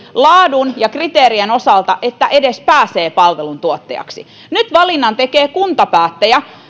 laadun ja kriteerien osalta niihin reunaehtoihin että edes pääsee palveluntuottajaksi nyt valinnan tekee kuntapäättäjä